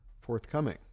forthcoming